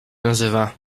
nazywa